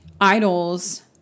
idols